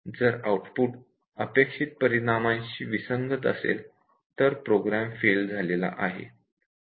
जर आउटपुट अपेक्षित परिणामांशी विसंगत असेल तर प्रोग्राम फेल झालेला आहे